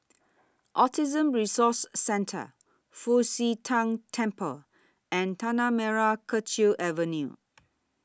Autism Resource Centre Fu Xi Tang Temple and Tanah Merah Kechil Avenue